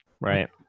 right